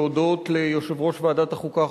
להודות ליושב-ראש ועדת החוקה,